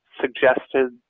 suggested